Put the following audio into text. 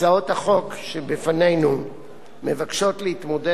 הצעות החוק שבפנינו מבקשות להתמודד